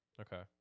Okay